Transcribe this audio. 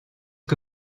que